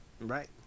Right